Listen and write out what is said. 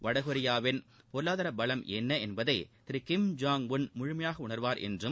வடகொரியாவின் பொருளாதார பலம் என்ன என்பதை திரு கிம் ஜோங் உன் முழுமையாக உணர்வார் என்றும்